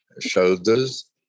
shoulders